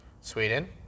Sweden